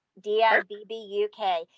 D-I-B-B-U-K